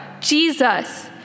Jesus